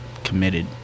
Committed